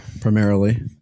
primarily